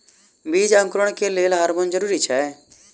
बीज अंकुरण लेल केँ हार्मोन जरूरी छै?